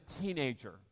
teenager